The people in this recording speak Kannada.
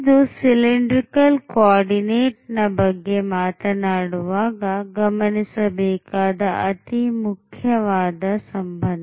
ಇದು cylindrical coordinate ನ ಬಗ್ಗೆ ಮಾತನಾಡುವಾಗ ಗಮನಿಸಬೇಕಾದ ಅತಿ ಮುಖ್ಯವಾದ ಸಂಬಂಧ